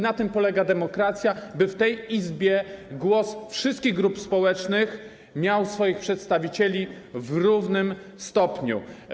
Na tym polega demokracja, by w tej Izbie głos wszystkich grup społecznych miał swoich przedstawicieli w równym stopniu.